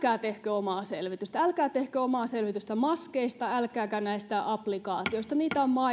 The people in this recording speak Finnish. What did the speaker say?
omaa selvitystä älkää tehkö omaa selvitystä maskeista älkääkä näistä applikaatioista niitä on maailmalla